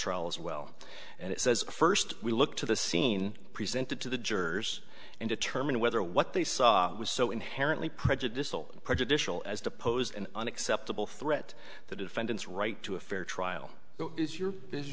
trial as well and it says first we look to the scene presented to the jurors and determine whether what they saw was so inherently prejudicial prejudicial as to pose an unacceptable threat the defendant's right to a fair trial is your